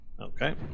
okay